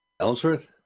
Ellsworth